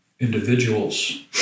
individuals